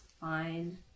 Fine